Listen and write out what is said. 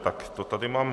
Tak to tady mám.